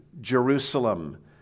Jerusalem